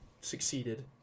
succeeded